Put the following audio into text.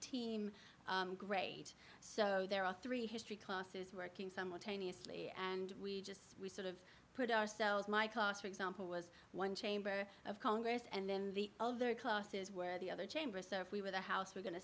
team grade so there are three history classes working simultaneously and we just sort of put ourselves my class for example was one chamber of congress and then the other classes where the other chamber cerf we were the house were going to